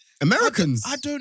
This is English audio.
Americans